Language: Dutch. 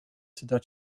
dat